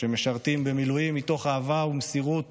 שמשרתים במילואים מתוך אהבה ומסירות